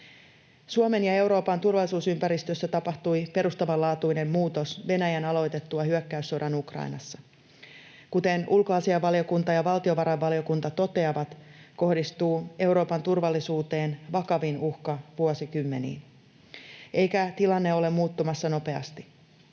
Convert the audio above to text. Suomen ja Euroopan turvallisuusympäristössä tapahtui perustavanlaatuinen muutos Venäjän aloitettua hyökkäyssodan Ukrainassa. Kuten ulkoasiainvaliokunta ja valtiovarainvaliokunta toteavat, kohdistuu Euroopan turvallisuuteen vakavin uhka vuosikymmeniin, eikä tilanne ole muuttumassa nopeasti.